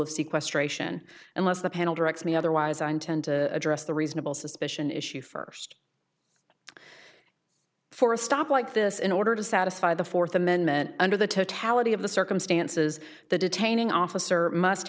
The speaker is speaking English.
of seaquest ration unless the panel directs me otherwise i intend to address the reasonable suspicion issue first for a stop like this in order to satisfy the fourth amendment under the totality of the circumstances the detaining officer must